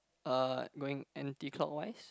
uh going anti clockwise